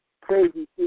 crazy